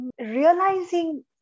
realizing